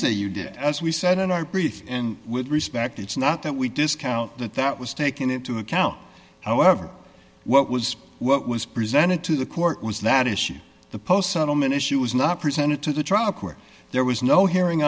say you did as we said in our brief with respect it's not that we discount that that was taken into account however what was what was presented to the court was that issue the post settlement issue was not presented to the trial court there was no hearing